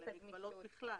למגבלות בכלל.